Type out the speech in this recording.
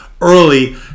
early